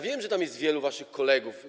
Wiem, że tam jest wielu waszych kolegów.